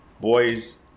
Boys